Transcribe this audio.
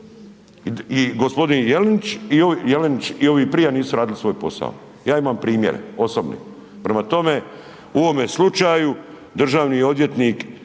i g. Jelenić i ovi prije nisu radili svoj posao, ja imam primjer osobni. Prema tome, u ovome slučaju državni odvjetnik je